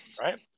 right